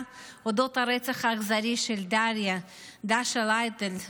על הרצח האכזרי של דריה דאשה לייטל,